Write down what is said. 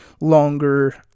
longer